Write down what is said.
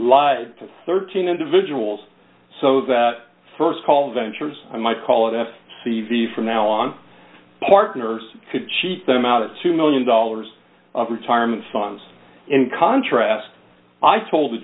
lie to thirteen individuals so that st call ventures i might call a c v from now on partners could cheat them out of two million dollars of retirement funds in contrast i told the